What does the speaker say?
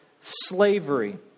slavery